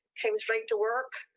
came straight to work.